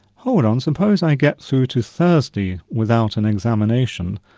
hold on, suppose i get through to thursday without an examination,